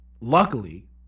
luckily